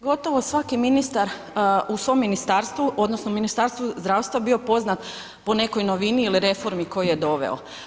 Gotovo svaki ministar u svom ministarstvu, odnosno u ministarstvu zdravstva je bio poznat po nekoj novini ili reformi koju je doveo.